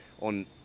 on